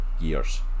years